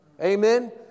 Amen